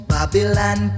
Babylon